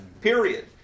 Period